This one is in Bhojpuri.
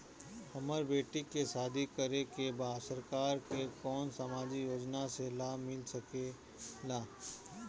हमर बेटी के शादी करे के बा सरकार के कवन सामाजिक योजना से लाभ मिल सके ला?